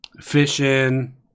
fishing